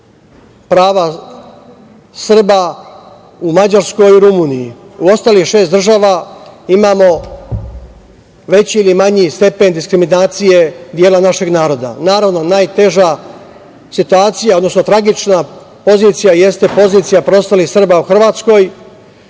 prava Srba u Mađarskoj i Rumuniji. U ostalih šest država imamo veći ili manji stepen diskriminacije dela našeg naroda. Naravno, najteža situacija, odnosno tragična pozicija jeste pozicija preostalih Srba u Hrvatskoj,